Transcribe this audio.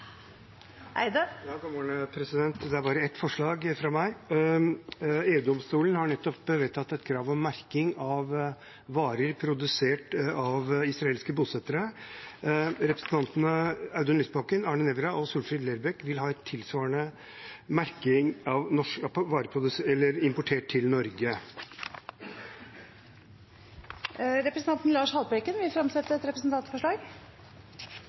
Eide vil fremsette et representantforslag. God morgen! Det er ett forslag fra meg. EU-domstolen har nettopp vedtatt et krav om merking av varer som kommer fra områder okkupert av Israel. Representantene Audun Lysbakken, Arne Nævra, Solfrid Lerbrekk og jeg vil ha tilsvarende merking av varer importert til Norge. Representanten Lars Haltbrekken vil fremsette et representantforslag.